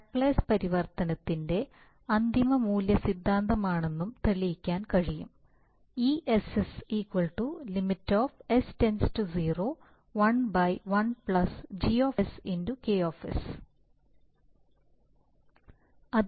Laplace പരിവർത്തനത്തിന്റെ അന്തിമ മൂല്യ സിദ്ധാന്തമാണെന്നും തെളിയിക്കാൻ കഴിയും ess Lim s → 0 1 1 G K